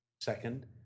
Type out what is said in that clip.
Second